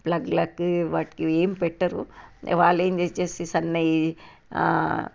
ప్లగ్లకి వాటికి ఏం పెట్టరు వాళ్ళు ఏమి తెచ్చేసి సన్నవి